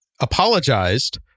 Apologized